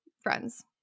friends